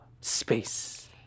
space